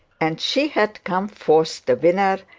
and she had come forth the winner,